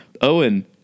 Owen